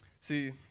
See